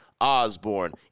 Osborne